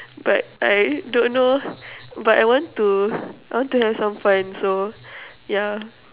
but I don't know but I want to I want to have some fun so yeah